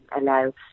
allow